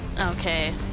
Okay